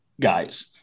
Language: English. guys